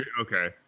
Okay